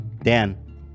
Dan